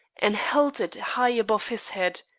and held it high above his head.